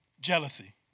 Jealousy